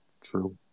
True